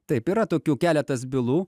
taip yra tokių keletas bylų